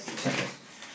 just